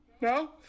No